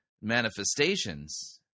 manifestations